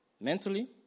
Mentally